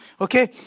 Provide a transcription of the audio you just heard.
okay